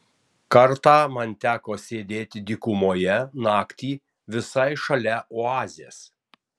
kartą man teko sėdėti dykumoje naktį visai šalia oazės